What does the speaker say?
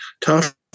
tough